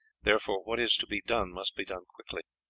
therefore what is to be done must be done quickly.